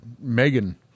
Megan